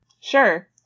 Sure